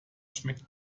schmeckt